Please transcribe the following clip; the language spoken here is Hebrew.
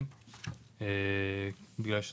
בתכנית 0604,